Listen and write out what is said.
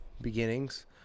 beginnings